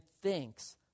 thinks